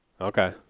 Okay